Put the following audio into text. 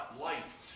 life